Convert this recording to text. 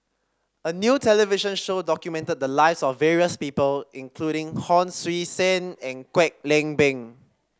a new television show documented the lives of various people including Hon Sui Sen and Kwek Leng Beng